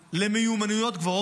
למיומנויות גבוהות,